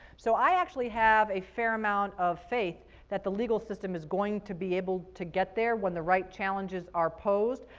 so i actually have a fair amount of faith that the legal system is going to be able to get there when the right challenges are posed.